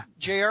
Jr